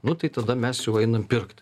nu tai tada mes jau einam pirkt